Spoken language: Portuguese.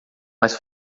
mas